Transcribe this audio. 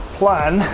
plan